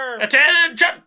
Attention